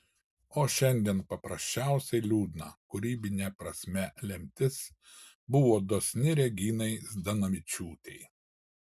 o šiandien paprasčiausiai liūdna kūrybine prasme lemtis buvo dosni reginai zdanavičiūtei